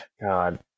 God